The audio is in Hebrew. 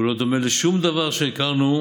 והוא לא דומה לשום דבר שהכרנו,